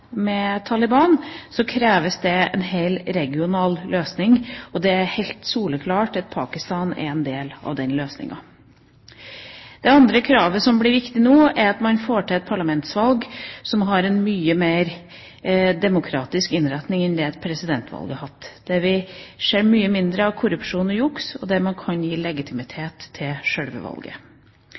Taliban, så kreves det en hel regional løsning. Det er helt soleklart at Pakistan er en del av den løsningen. Det andre kravet som blir viktig nå, er et parlamentsvalg som har en mye mer demokratisk innretning enn det presidentvalget har hatt, der vi ser mye mindre av korrupsjon og juks, og der man kan gi legitimitet til sjølve valget.